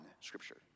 scripture